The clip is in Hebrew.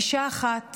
אישה אחת